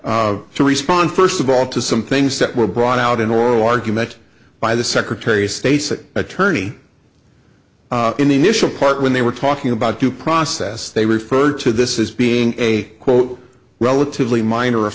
court to respond first of all to some things that were brought out in oral argument by the secretary of state's attorney in the initial part when they were talking about due process they referred to this is being a quote relatively minor